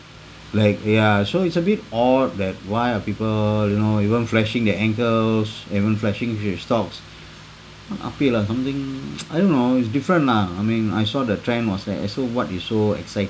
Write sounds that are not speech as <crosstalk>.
like yeah so it's a bit odd that why are people you know even flashing their ankles even flashing his socks what appeal lah something <noise> I don't know it's different lah I mean I saw the trend was that eh so what is so